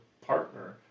partner